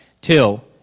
till